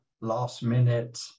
last-minute